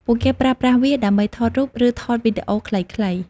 ពួកគេប្រើប្រាស់វាដើម្បីថតរូប ឬថតវីដេអូខ្លីៗ។